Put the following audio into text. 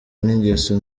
n’ingeso